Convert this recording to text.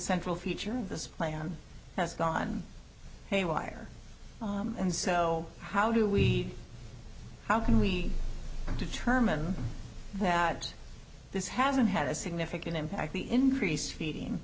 central feature of this plan has gone haywire and so how do we how can we determine that this hasn't had a significant impact the increased feeding